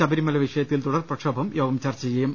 ശബ രിമല വിഷയത്തിൽ തുടർ പ്രക്ഷോഭം യോഗം ചർച്ച ചെയ്യും